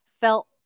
felt